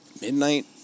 midnight